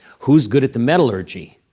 who's good at the metallurgy,